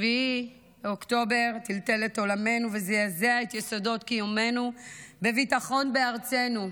7 באוקטובר טלטל את עולמנו וזעזע את יסודות קיומנו בביטחון בארצנו.